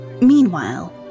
Meanwhile